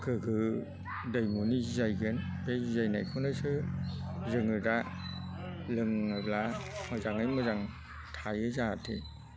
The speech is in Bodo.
गोग्गो दैमुनि जियायगोन बे जियायनायखौनोसो जोङो दा लोङोला मोजाङैनो मोजां थायो जाहाथे